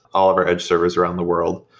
all of our edge servers around the world.